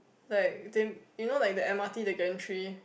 like they you know like the m_r_t the entry